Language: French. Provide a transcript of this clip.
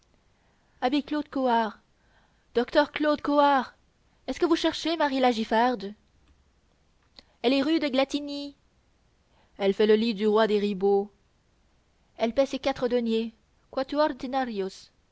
claude choart docteur claude choart est-ce que vous cherchez marie la giffarde elle est rue de glatigny elle fait le lit du roi des ribauds elle paie ses quatre deniers